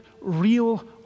real